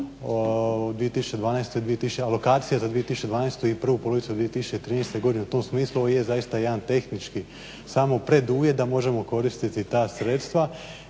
alokacija za 2012. i prvu polovicu 2013. godine. U tom smislu ovo jest zaista jedan tehnički samo preduvjet da možemo koristiti ta sredstva